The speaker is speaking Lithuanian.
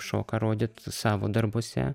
šoką rodyt savo darbuose